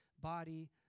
body